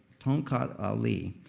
tongkat ali.